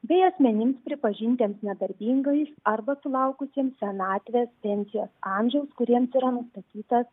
bei asmenims pripažintiems nedarbingais arba sulaukusiems senatvės pensijos amžiaus kuriems yra nustatytas